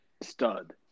stud